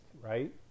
right